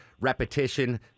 repetition